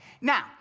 Now